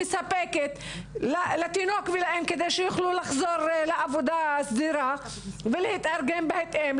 מספקת לתינוק ולאם כדי שיוכלו לחזור לעבודה סדירה ולהתארגן בהתאם,